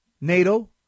NATO